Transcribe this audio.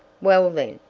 well, then,